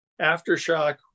Aftershock